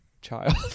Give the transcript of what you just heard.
child